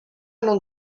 non